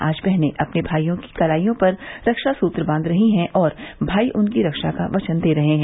आज बहने अपने भाईयों की कलाइयों पर रक्षा सूत्र बांध रही हैं और भाई उनकी रक्षा का वचन दे रहे हैं